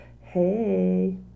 Hey